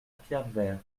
pierrevert